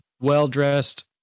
well-dressed